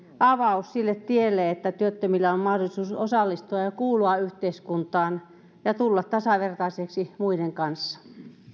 avaus sille tielle että työttömillä on mahdollisuus osallistua ja ja kuulua yhteiskuntaan ja tulla tasavertaisiksi muiden kanssa